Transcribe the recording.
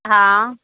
हा